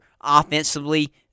offensively